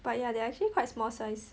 but yeah they are actually quite small size